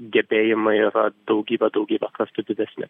gebėjimai yra daugybę daugybę kartų didesni